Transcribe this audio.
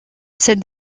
cette